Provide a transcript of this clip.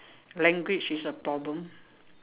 language is a problem